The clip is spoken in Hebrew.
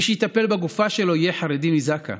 מי שיטפל בגופה שלו יהיה חרדי מזק"א,